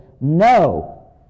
no